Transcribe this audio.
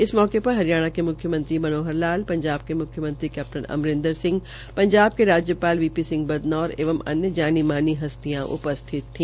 इस मौके पर हरियाणा मुख्यमंत्री के मनाहर लाल पंजाब के मुख्यमंत्री कैप्टन अमरिंदर सिंह पंजाब के राज्यपाल बी पी सिंह बदनौर एवं अन्य जानी मानी हस्तियां उपस्थित रही